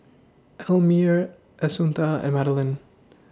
Elmire Assunta and Madeleine